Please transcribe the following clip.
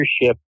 leadership